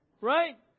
Right